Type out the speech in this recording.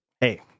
hey